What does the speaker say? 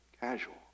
casual